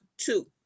two